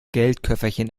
geldköfferchen